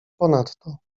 ponadto